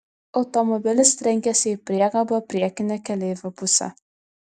automobilis trenkėsi į priekabą priekine keleivio puse